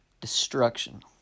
destruction